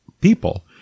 people